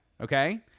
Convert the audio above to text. Okay